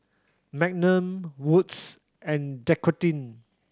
Magnum Wood's and Dequadin